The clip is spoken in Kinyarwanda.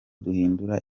duhindura